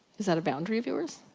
is that a boundary of yours?